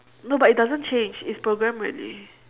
no but it doesn't change it's programmed already